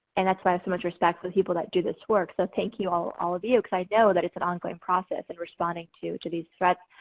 and that's why i have so much respect for people that do this work, so thank you, all all of you. because i know that it's an ongoing process and responding to to these threats.